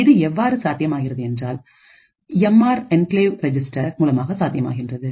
இது எவ்வாறு சாத்தியமாகிறது என்றால் எம் ஆர் என்கிளேவ் ரெஜிஸ்டர் மூலமாக சாத்தியமாகின்றது